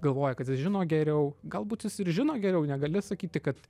galvoja kad jis žino geriau galbūt ir žino geriau negali sakyti kad